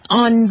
on